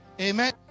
Amen